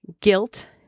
guilt